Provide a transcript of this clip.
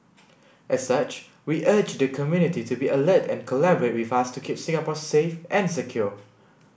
as such we urge the community to be alert and collaborate with us to keep Singapore safe and secure